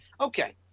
Okay